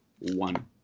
one